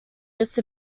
just